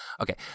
Okay